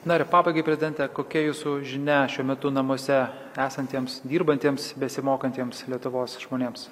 na ir pabaigai prezidente kokia jūsų žinia šiuo metu namuose esantiems dirbantiems besimokantiems lietuvos žmonėms